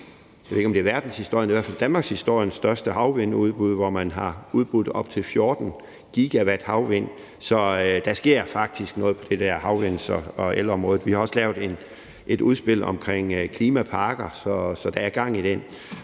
jeg ved ikke, om det er verdenshistoriens, men det er i hvert fald danmarkshistoriens største havvindudbud, hvor man har udbudt op til 14 GW havvind. Så der sker faktisk noget på det der havvind- og elområde. Vi har også lavet et udspil omkring klimaparker. Så der er gang i det.